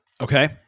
Okay